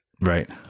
Right